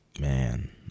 Man